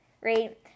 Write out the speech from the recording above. right